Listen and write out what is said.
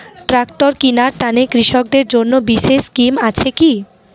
Tractor কিনার তানে কৃষকদের জন্য বিশেষ স্কিম আছি কি?